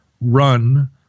run